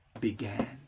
began